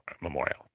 Memorial